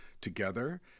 together